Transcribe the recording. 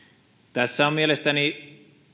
tässä on mielestäni